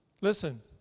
Listen